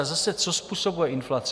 A zase, co způsobuje inflace?